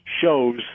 shows